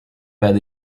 werde